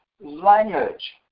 language